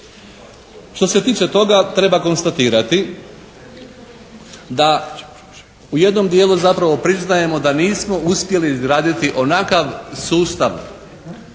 Što se tiče toga treba kostatirati da u jednom dijelu zapravo priznajemo da nismo uspjeli izgraditi onakav sustav